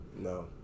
No